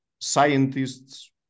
scientists